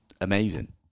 amazing